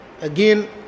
again